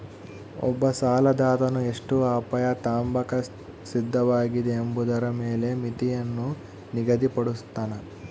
ಒಬ್ಬ ಸಾಲದಾತನು ಎಷ್ಟು ಅಪಾಯ ತಾಂಬಾಕ ಸಿದ್ಧವಾಗಿದೆ ಎಂಬುದರ ಮೇಲೆ ಮಿತಿಯನ್ನು ನಿಗದಿಪಡುಸ್ತನ